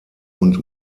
und